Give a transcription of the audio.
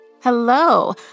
Hello